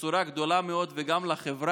במידה רבה מאוד, וגם לחברה,